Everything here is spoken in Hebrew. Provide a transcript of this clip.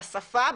בשפה,